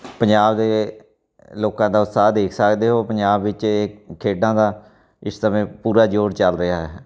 ਪੰਜਾਬ ਦੇ ਲੋਕਾਂ ਦਾ ਉਤਸ਼ਾਹ ਦੇਖ ਸਕਦੇ ਹੋ ਪੰਜਾਬ ਵਿੱਚ ਖੇਡਾਂ ਦਾ ਇਸ ਸਮੇਂ ਪੂਰਾ ਜ਼ੋਰ ਚੱਲ ਰਿਹਾ ਹੈ